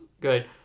good